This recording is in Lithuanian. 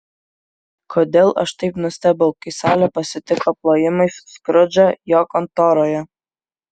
kodėl aš taip nustebau kai salė pasitiko plojimais skrudžą jo kontoroje